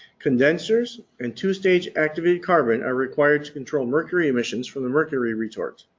condensers and two stage activated carbon are required to control mercury emissions from the mercury retort.